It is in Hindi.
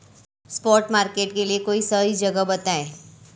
स्पॉट मार्केट के लिए कोई सही जगह बताएं